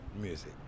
music